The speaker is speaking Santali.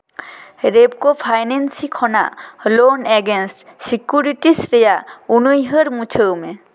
ᱨᱮᱯᱠᱳ ᱯᱷᱟᱭᱱᱮᱱᱥ ᱠᱷᱚᱱᱟᱜ ᱞᱳᱱ ᱮᱜᱮᱱᱥᱴ ᱥᱤᱠᱩᱨᱤᱴᱤ ᱨᱮᱭᱟᱜ ᱩᱱᱩᱭᱦᱟᱹᱨ ᱢᱩᱪᱷᱟᱹᱣ ᱢᱮ